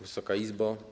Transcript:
Wysoka Izbo!